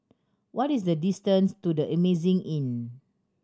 what is the distance to The Amazing Inn